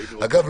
אגב,